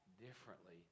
Differently